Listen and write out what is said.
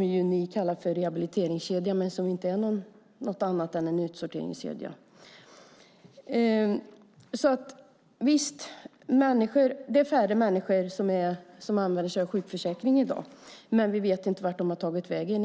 Ni kallar det för rehabiliteringskedja, men det är inte något annat än en utsorteringskedja. Visst är det färre människor som använder sig av sjukförsäkring i dag, men vi vet inte vart de har tagit vägen.